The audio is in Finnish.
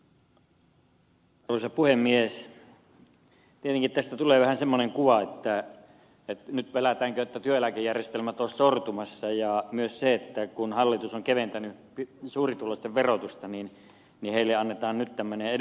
tietenkin tästä tulee vähän semmoinen kuva että pelätäänkö nyt että työeläkejärjestelmät ovat sortumassa ja myös se kuva että kun hallitus on keventänyt suurituloisten verotusta niin heille annetaan nyt tämmöinen edullinen sijoitusmahdollisuus